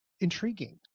intriguing